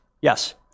Yes